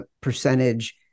percentage